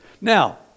Now